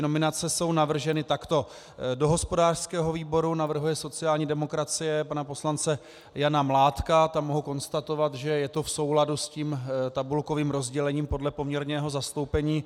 Nominace jsou navrženy takto: do hospodářského výboru navrhuje sociální demokracie pana poslance Jana Mládka tam mohu konstatovat, že je to v souladu s tím tabulkovým rozdělením podle poměrného zastoupení.